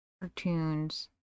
cartoons